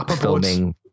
filming